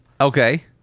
Okay